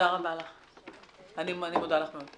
שמי איריס סורוקר,